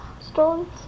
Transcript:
stories